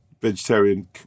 vegetarian